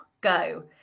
go